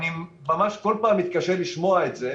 אני ממש כל פעם מתקשה לשמוע את זה,